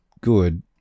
good